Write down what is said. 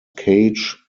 cage